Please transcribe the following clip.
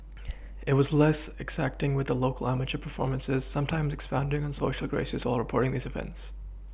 it was less exacting with local amateur performances sometimes expounding on Social graces while reporting these events